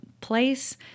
place